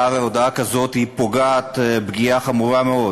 הודעה כזאת פוגעת פגיעה חמורה מאוד